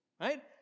right